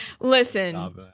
Listen